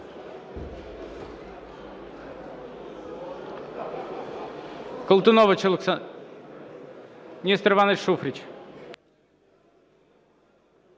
Колтунович Олександр. Нестор Іванович Шуфрич.